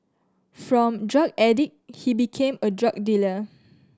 from drug addict he became a drug dealer